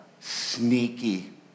sneaky